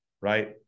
right